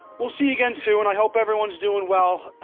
we'll see you again soon. i hope everyone's doing well